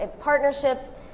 partnerships